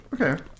Okay